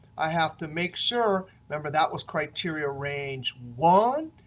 i have to make sure remember that was criteria range one.